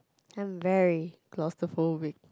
I'm very claustrophobic